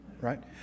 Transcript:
Right